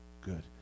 Good